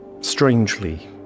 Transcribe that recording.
Strangely